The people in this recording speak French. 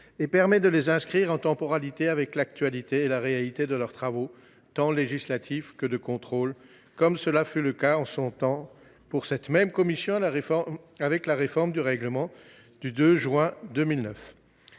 et de faire correspondre leur intitulé à la réalité de leurs travaux, tant législatifs que de contrôle, comme ce fut le cas en son temps, pour cette même commission, avec la réforme du règlement du 2 juin 2009.